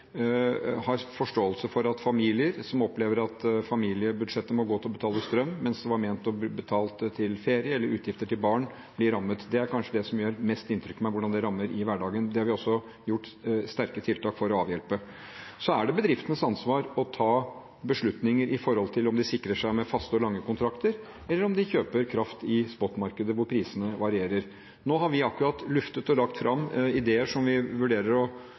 har forståelse for at familier som opplever at familiebudsjettet må gå til å betale strøm, mens det var ment å bli brukt til ferie eller utgifter til barn, blir rammet. Det er kanskje det som gjør mest inntrykk på meg, hvordan det rammer i hverdagen. Det har vi også gjort sterke tiltak for å avhjelpe. Så er det bedriftenes ansvar å ta beslutninger om de sikrer seg med faste og lange kontrakter, eller om de kjøper kraft i spotmarkedet, hvor prisene varierer. Nå har vi akkurat luftet og lagt fram ideer som vi vurderer